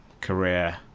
career